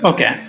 Okay